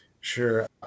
Sure